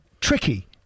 tricky